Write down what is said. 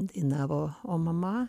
dainavo o mama